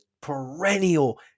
perennial